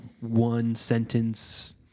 one-sentence